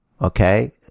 okay